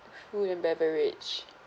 food and beverage